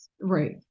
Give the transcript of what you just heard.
right